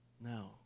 No